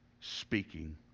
speaking